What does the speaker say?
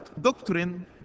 doctrine